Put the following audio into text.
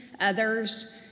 others